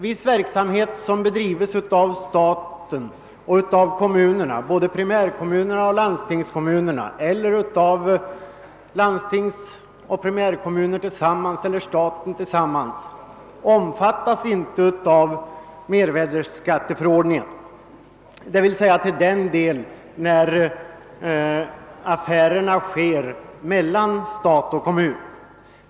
Viss verksamhet som bedrivs av staten och av kommunerna, både av prirtärkommuner och av 'landstingskommuner - liksonr av låndstingsoch primärkommuner : tilsammans eller ' av 'kommuner' tillsammans med staten, omfattas. inte av mervärdeskatteförordningen, nämligen i så: måtto som det gäller affärer mellan stat och kommun.